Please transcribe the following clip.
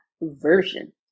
version